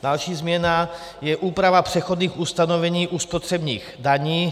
Další změna je úprava přechodných ustanovení u spotřebních daní.